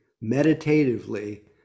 meditatively